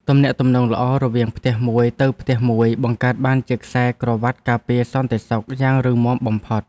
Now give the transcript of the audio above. ទំនាក់ទំនងល្អរវាងផ្ទះមួយទៅផ្ទះមួយបង្កើតបានជាខ្សែក្រវាត់ការពារសន្តិសុខយ៉ាងរឹងមាំបំផុត។